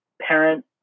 Parent